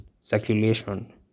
circulation